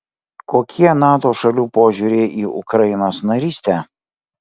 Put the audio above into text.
kokie nato šalių požiūriai į ukrainos narystę